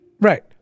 Right